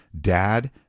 dad